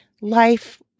life